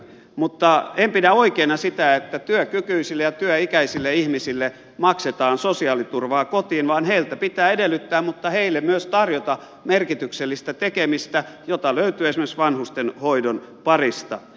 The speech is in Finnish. mutta en pidä oikeana sitä että työkykyisille ja työikäisille ihmisille maksetaan sosiaaliturvaa kotiin vaan heiltä pitää edellyttää mutta heille myös tarjota merkityksellistä tekemistä jota löytyy esimerkiksi vanhustenhoidon parista